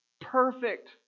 Perfect